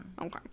Okay